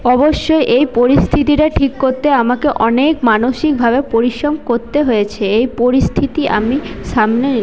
অবশ্যই এই পরিস্থিতিটা ঠিক করতে আমাকে অনেক মানসিকভাবে পরিশ্রম করতে হয়েছে এই পরিস্থিতি আমি সামনে